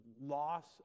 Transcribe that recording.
loss